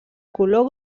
color